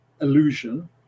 illusion